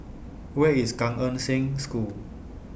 Where IS Gan Eng Seng School